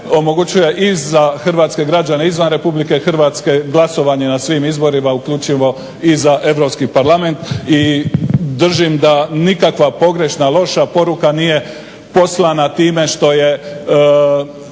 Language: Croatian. i za hrvatske građane izvan RH glasovanje na svim izborima uključivo i za Europski parlament. I držim da nikakva pogrešna, loša poruka nije poslana time što je